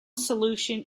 solution